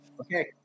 Okay